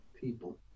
people